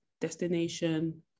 destination